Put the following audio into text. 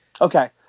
Okay